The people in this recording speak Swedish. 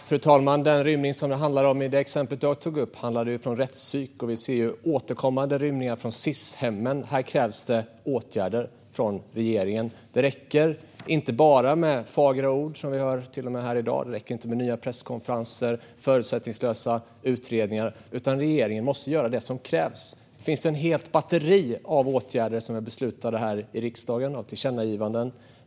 Fru talman! Den rymning det handlar om i exemplet som jag tog upp var från rättspsyk. Vi ser också återkommande rymningar från Sis-hemmen. Här krävs åtgärder från regeringen. Det räcker inte med bara fagra ord, som vi hör till och med här i dag. Det räcker inte med nya presskonferenser eller förutsättningslösa utredningar. Regeringen måste göra det som krävs. Det finns ett helt batteri av åtgärder och tillkännagivanden som riksdagen har beslutat om.